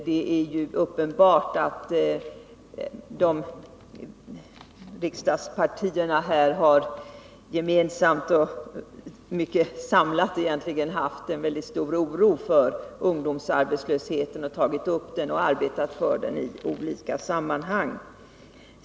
Det är uppenbart att alla riksdagspartier känt en mycket stor oro för ungdomsarbetslösheten och samlat arbetat för att bekämpa den.